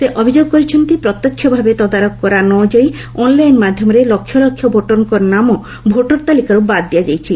ସେ ଅଭିଯୋଗ କରିଛନ୍ତି ପ୍ରତ୍ୟକ୍ଷ ଭାବେ ତଦାରଖ କରା ନ ଯାଇ ଅନ୍ଲାଇନ୍ ମାଧ୍ୟମରେ ଲକ୍ଷ ଲକ୍ଷ ଭୋଟର୍କ ନାମ ଭୋଟର୍ ତାଲିକାରୁ ବାଦ୍ ଦିଆଯାଇଛି